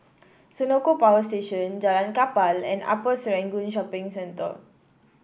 Senoko Power Station Jalan Kapal and Upper Serangoon Shopping Centre